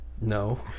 No